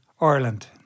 Ireland